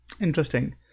interesting